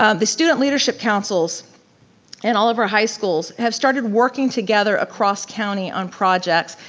um the student leadership councils and all of our high schools have started working together across county on projects.